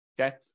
Okay